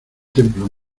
templo